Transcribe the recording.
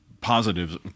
positives